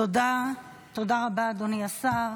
תודה רבה, אדוני השר.